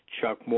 Chuck